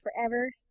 forever